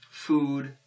food